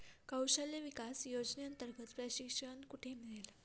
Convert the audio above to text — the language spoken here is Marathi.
कौशल्य विकास योजनेअंतर्गत प्रशिक्षण कुठे मिळेल?